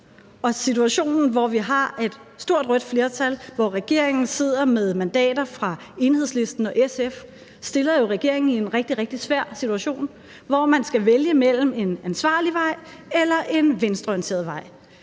Situationen, hvor vi har et stort rødt flertal, og hvor regeringen sidder med mandater fra Enhedslisten og SF, stiller jo regeringen i en rigtig, rigtig svær situation, hvor man skal vælge mellem en ansvarlig vej eller en venstreorienteret vej.